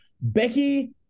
Becky